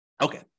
okay